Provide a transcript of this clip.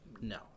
No